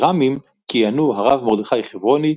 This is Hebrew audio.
כר"מים כיהנו הרב מרדכי חברוני,